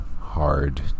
hard